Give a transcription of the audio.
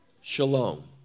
shalom